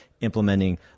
implementing